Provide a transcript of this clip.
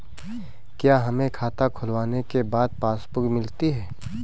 क्या हमें खाता खुलवाने के बाद पासबुक मिलती है?